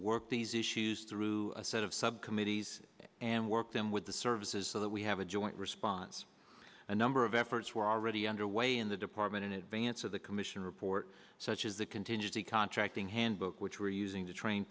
work these issues through a set of subcommittees and work them with the services so that we have a joint response a number of efforts were already underway in the department in advance of the commission report such as the contingency contracting handbook which we're using to train